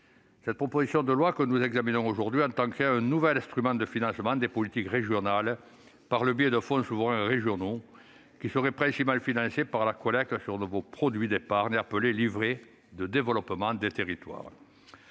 La proposition de loi que nous examinons tend à créer un nouvel instrument de financement des politiques régionales, par le biais de fonds souverains régionaux, qui seraient principalement financés par la collecte d'un nouveau produit d'épargne appelé « livret de développement des territoires